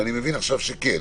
ואני מבין עכשיו שכן?